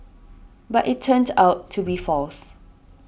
but it turned out to be false